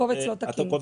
הקובץ לא תקין.